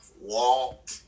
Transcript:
Walk